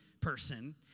person